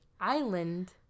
island